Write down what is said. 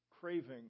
craving